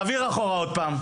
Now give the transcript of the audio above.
תעביר אחורה עוד פעם.